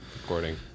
Recording